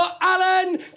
Alan